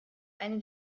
eine